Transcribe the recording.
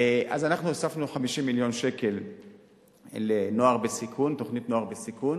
הוספנו 50 מיליון שקל לתוכנית נוער בסיכון,